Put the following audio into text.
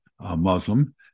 muslim